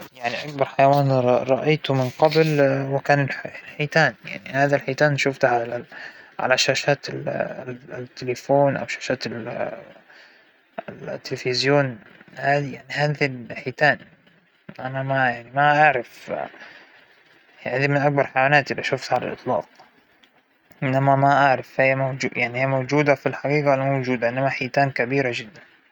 ما بعرف مانى من هواة الفرجة على الأزهار ومتابعتها، وهذى الشغلات، لكن يعجبنى ال -أى زهر أو ورد باللون الأحمر، أنا من هواة هذا اللون أعتقد فأى شى لونه أحمر بالنسبة لإلى جميل، سواء إنه زهرة أو غيره، هذا الملفت بالنسبة لإلى.